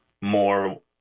more